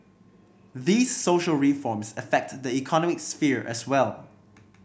these social reforms affect the economic sphere as well